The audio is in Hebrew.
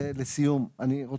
ואולי היינו יכולים להבין מה הוא רוצה